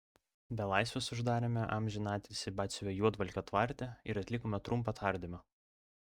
belaisvius uždarėme amžiną atilsį batsiuvio juodvalkio tvarte ir atlikome trumpą tardymą